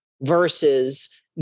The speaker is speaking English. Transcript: versus